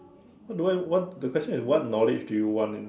what do I what's the question is what knowledge do you want in